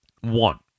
one